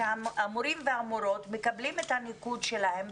שהמורים והמורות מקבלים את הניקוד שלהם,